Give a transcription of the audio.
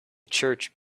church